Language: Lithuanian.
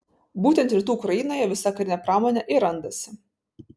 būtent rytų ukrainoje visa karinė pramonė ir randasi